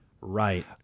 Right